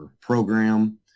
program